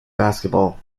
basketball